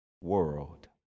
world